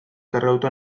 kargatuta